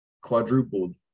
quadrupled